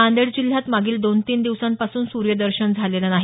नांदेड जिल्ह्यात मागील दोन तीन दिवसांपासून सूर्यदर्शन झालेलं नाही